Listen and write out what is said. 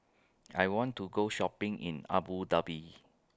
I want to Go Shopping in Abu Dhabi